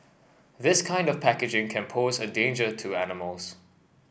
this kind of packaging can pose a danger to animals